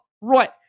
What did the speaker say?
right